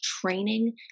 training